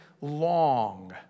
long